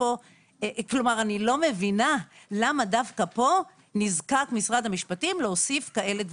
ואני לא מבינה למה דווקא פה נזקק משרד המשפטים להוסיף כאלה דברים.